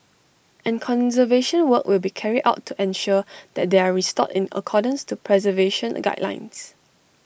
and conservation work will be carried out and ensure that they are restored in accordance to preservation guidelines